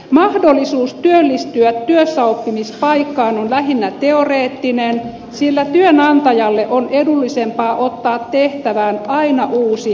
mahdollisuus työllistyä työssäoppimispaikkaan on lähinnä teoreettinen sillä työnantajalle on edullisempaa ottaa tehtävään aina uusi harjoittelija